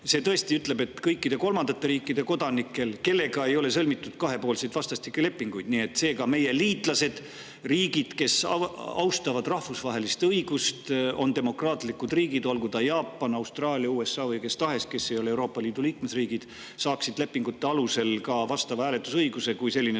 See tõesti ütleb, et kõik kodanikud kolmandatest riikidest, kellega ei ole sõlmitud kahepoolseid vastastikke lepinguid. Seega meie liitlased, riigid, kes austavad rahvusvahelist õigust, on demokraatlikud riigid, olgu ta Jaapan, Austraalia, USA või kes tahes, kes ei ole Euroopa Liidu liikmesriigid – [nende kodanikud] saaksid lepingute alusel vastava hääletusõiguse, kui selline